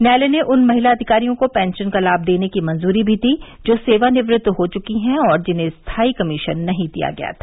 न्यायालय ने उन महिला अधिकारियों को पेंशन का लाभ देने की मंजूरी भी दी जो सेवानिवृत्त हो च्की हैं और जिन्हें स्थायी कमीशन नहीं दिया गया था